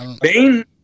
Bane